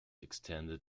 extended